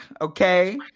okay